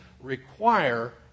require